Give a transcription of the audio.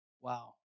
wow